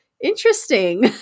interesting